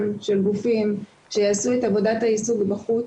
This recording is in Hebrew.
של גופים שיעשו את עבודת היישוג בחוץ,